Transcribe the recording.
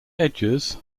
edges